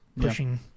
pushing